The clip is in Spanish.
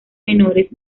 menores